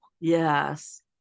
yes